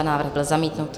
Návrh byl zamítnut.